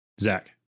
zach